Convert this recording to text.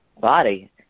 body